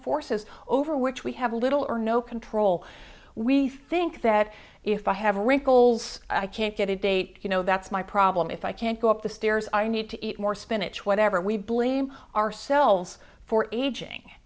forces over which we have little or no control we think that if i have wrinkles i can't get a date you know that's my problem if i can't go up the stairs i need to eat more spinach whatever we blame ourselves for aging